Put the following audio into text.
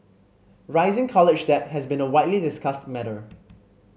rising college debt has been a widely discussed matter